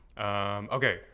Okay